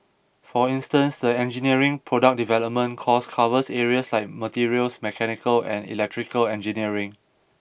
for instance the engineering product development course covers areas like materials mechanical and electrical engineering